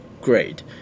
great